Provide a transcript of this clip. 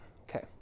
Okay